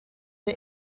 der